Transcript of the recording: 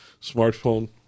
smartphone